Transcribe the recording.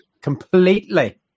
completely